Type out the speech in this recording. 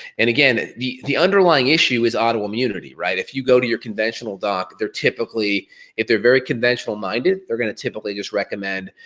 and again, the the underlying issue is autoimmunity, right? if you go to your conventional doc, they're typically if they're very conventional minded, they're gonna typically just recommend